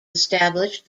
established